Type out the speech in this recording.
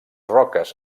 roques